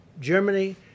Germany